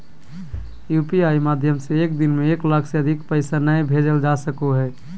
UPI माध्यम से एक दिन में एक लाख से अधिक पैसा नय भेजल जा सको हय